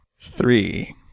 Three